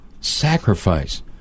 Sacrifice